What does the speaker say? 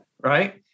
Right